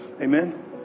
Amen